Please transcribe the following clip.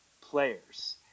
players